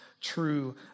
true